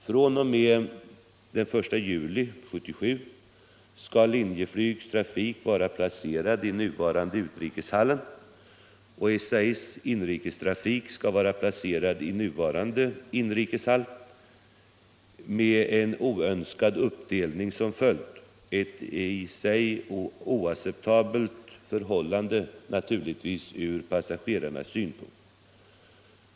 fr.o.m. den 1 juli 1977 skall Linjeflygs trafik vara placerad i den nuvarande utrikeshallen och SAS inrikestrafik skall placeras i den nuvarande inrikeshallen, med en oönskad uppdelning som följd — ett från passagerarnas synpunkt naturligtvis oacceptabelt förhållande.